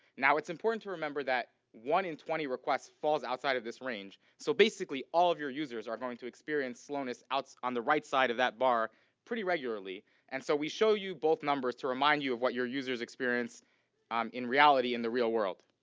now it's important to remember that one in twenty requests falls outside of this range, so basically all of your users are going to experience slowness outs on the right side of that bar pretty regularly and so we show you both numbers to remind you of what your users experience um in reality, in the real world,